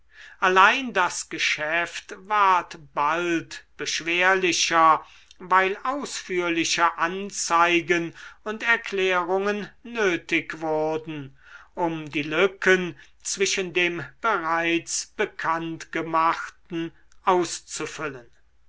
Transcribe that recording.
allein das geschäft ward bald beschwerlicher weil ausführliche anzeigen und erklärungen nötig wurden um die lücken zwischen dem bereits bekanntgemachten auszufüllen